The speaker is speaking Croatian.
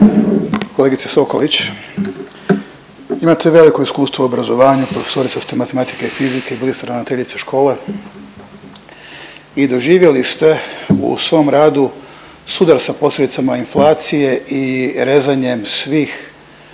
Kolegice Sokolić, imate veliko iskustvo u obrazovanju, profesorica ste matematike i fizike, bili ste ravnateljica škole i doživjeli ste u svom radu sudar sa posljedicama inflacije i rezanjem svih,